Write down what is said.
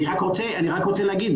אני רק רוצה להגיד,